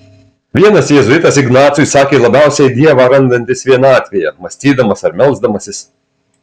vienas jėzuitas ignacui sakė labiausiai dievą randantis vienatvėje mąstydamas ar melsdamasis